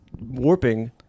warping